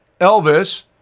Elvis